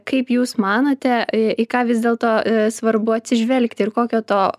kaip jūs manote į į ką vis dėlto svarbu atsižvelgti ir kokio to